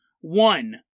One